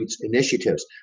initiatives